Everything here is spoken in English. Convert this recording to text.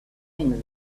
things